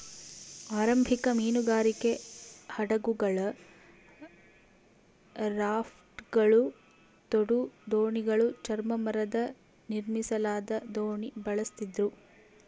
ಆರಂಭಿಕ ಮೀನುಗಾರಿಕೆ ಹಡಗುಗಳು ರಾಫ್ಟ್ಗಳು ತೋಡು ದೋಣಿಗಳು ಚರ್ಮ ಮರದ ನಿರ್ಮಿಸಲಾದ ದೋಣಿ ಬಳಸ್ತಿದ್ರು